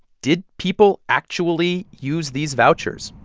did people actually use these vouchers?